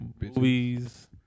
Movies